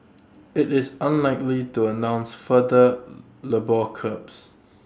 IT is unlikely to announce further labour curbs